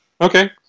Okay